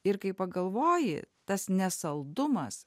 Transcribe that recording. ir kai pagalvoji tas ne saldumas